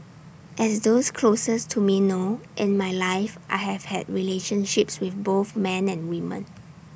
as those closest to me know in my life I have had relationships with both men and women